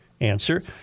Answer